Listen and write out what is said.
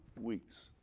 weeks